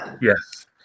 yes